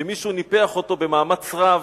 שמישהו ניפח אותו במאמץ רב,